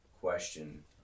question